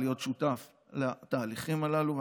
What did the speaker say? להיות שותף בתהליכים הללו,